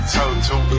total